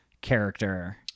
character